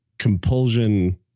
Compulsion